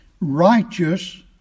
righteous